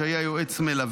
שהיה יועץ מלווה.